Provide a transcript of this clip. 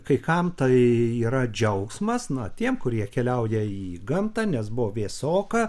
kai kam tai yra džiaugsmas na tiem kurie keliauja į gamtą nes buvo vėsoka